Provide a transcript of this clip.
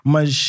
Mas